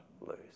lose